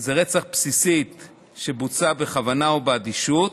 שזה רצח בסיסי שבוצע בכוונה או באדישות,